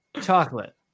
chocolate